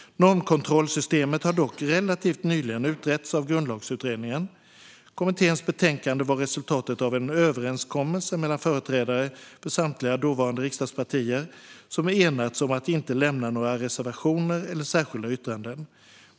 Normkontrollsystemet har dock relativt nyligen utretts av Grundlagsutredningen. Kommitténs betänkande var resultatet av en överenskommelse mellan företrädare för samtliga dåvarande riksdagspartier som enats om att inte lämna några reservationer eller särskilda yttranden.